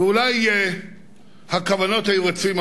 ואולי הכוונות היו רצויות,